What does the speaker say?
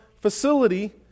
facility